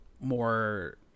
more